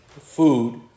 food